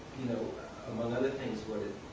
you know among other things, what it